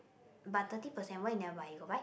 but thirty percent why you never buy you got buy